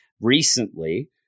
recently